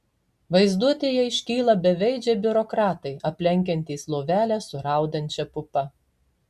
vaizduotėje iškyla beveidžiai biurokratai aplenkiantys lovelę su raudančia pupa